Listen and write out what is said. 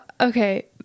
okay